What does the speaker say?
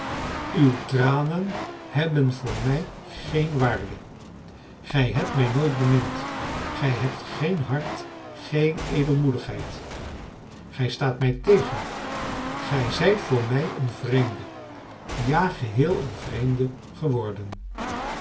uw tranen hebben voor mij geen waarde gij hebt mij nooit bemind gij hebt geen hart geen edelmoedigheid gij staat mij tegen gij zijt voor mij een vreemde ja geheel een vreemde geworden